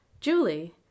Julie